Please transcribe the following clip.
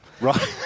Right